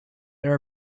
there